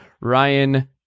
ryan